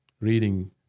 reading